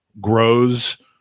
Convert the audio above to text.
grows